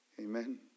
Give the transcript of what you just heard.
Amen